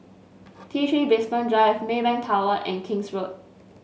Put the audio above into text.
T Three Basement Drive Maybank Tower and King's Road